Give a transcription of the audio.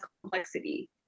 complexity